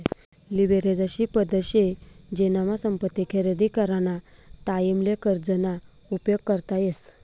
leverage अशी पद्धत शे जेनामा संपत्ती खरेदी कराना टाईमले कर्ज ना उपयोग करता येस